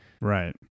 Right